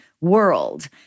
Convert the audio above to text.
world